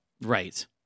Right